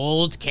Old